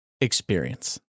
experience